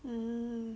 mm